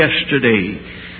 yesterday